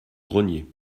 grenier